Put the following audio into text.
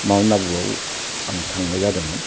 Mount आबुआव आं थांनाय जादोंमोन